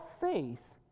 faith